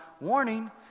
warning